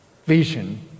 vision